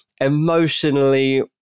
emotionally